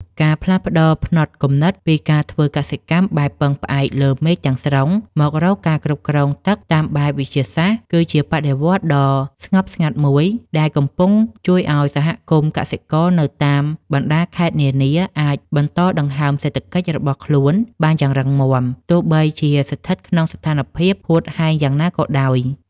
ការផ្លាស់ប្តូរផ្នត់គំនិតពីការធ្វើកសិកម្មបែបពឹងផ្អែកលើមេឃទាំងស្រុង មករកការគ្រប់គ្រងទឹកតាមបែបវិទ្យាសាស្ត្រ គឺជាបដិវត្តន៍ដ៏ស្ងប់ស្ងាត់មួយដែលកំពុងជួយឱ្យសហគមន៍កសិកម្មនៅតាមបណ្ដាខេត្តនានាអាចបន្តដង្ហើមសេដ្ឋកិច្ចរបស់ខ្លួនបានយ៉ាងរឹងមាំ ទោះបីជាស្ថិតក្នុងស្ថានភាពហួតហែងយ៉ាងណាក៏ដោយ។